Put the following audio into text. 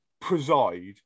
preside